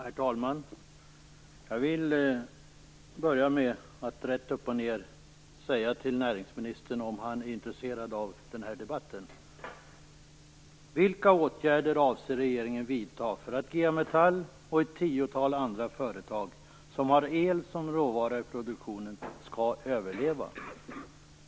Herr talman! Jag vill börja med att ställa en rak fråga till näringsministern: Vilka åtgärder avser regeringen vidta för att G A Metall och ett tiotal andra företag som har el som råvara i produktionen skall överleva?